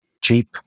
cheap